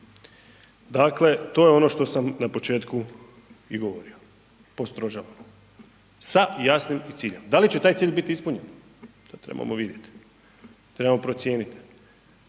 dakle to je ono što sam na početku i govorio postrožava sa jasnim ciljem. Da li će taj cilj biti ispunjen? To trebamo vidjeti, trebamo procijeniti.